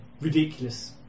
Ridiculous